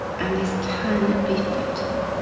and this can be fatal.